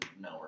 no